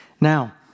Now